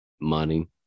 money